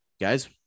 guys